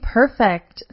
perfect